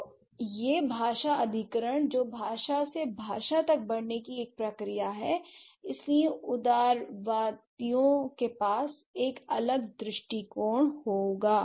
तो यह भाषा अधिग्रहण जो भाषा से भाषा तक बढ़ने की एक प्रक्रिया है इसलिए उदारतावादियों के पास एक अलग दृष्टिकोण होगा